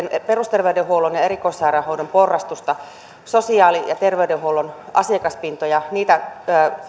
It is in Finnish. perusterveydenhuollon ja erikoissairaanhoidon porrastusta auttamaan sosiaali ja terveydenhuollon asiakaspintoja niitä